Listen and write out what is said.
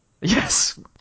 Yes